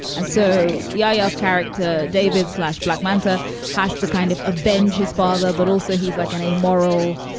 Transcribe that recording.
and so. yeah. yes. character david slash black manta has to kind of avenge his father. but also he's like an amoral,